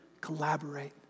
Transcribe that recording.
collaborate